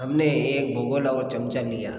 हम ने एक भगौना और चमचा लिया